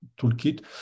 Toolkit